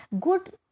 good